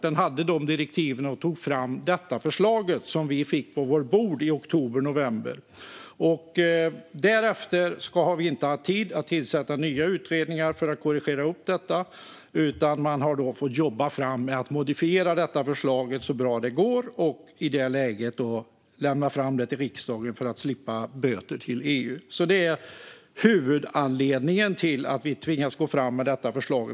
Den hade dessa direktiv och tog fram detta förslag, som vi fick på vårt bord i oktober eller november. Därefter har vi inte haft tid att tillsätta nya utredningar för att korrigera detta. Man har då fått jobba med att modifiera detta förslag så bra det går, och i detta läge har man fått lämna det till riksdagen för att slippa böter från EU. Det är huvudanledningen till att vi tvingas gå fram med detta förslag.